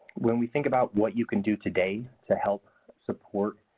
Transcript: when we think about what you can do today to help support